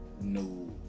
no